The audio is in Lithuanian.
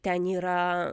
ten yra